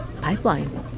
pipeline